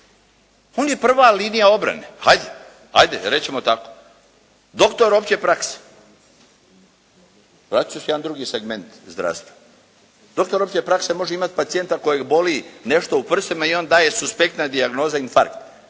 on je prva linija obrane, hajd, hajde rećemo tako. Doktor opće prakse, vratit ću se jedan drugi segment zdravstva. Doktor opće prakse može imati pacijenta kojeg boli nešto u prsima i on da je suspektna dijagnoza infarkt.